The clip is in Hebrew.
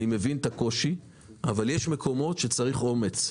אני מבין את הקושי אבל יש מקומות שצריך אומץ.